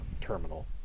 terminal